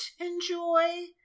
enjoy